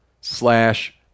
slash